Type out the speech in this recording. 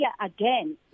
again